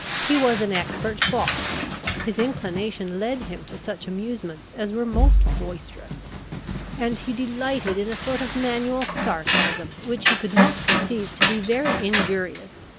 he was an expert boxer his inclination led him to such amusements as were most boisterous and he delighted in a sort of manual sarcasm, which he could not conceive to be very injurious,